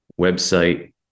website